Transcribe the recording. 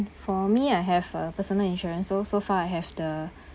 for me I have a personal insurance so so far I have the